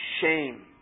shame